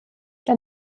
der